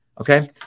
Okay